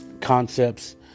concepts